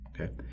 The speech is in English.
Okay